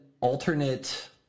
alternate